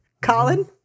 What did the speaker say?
Colin